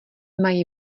mají